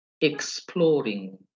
exploring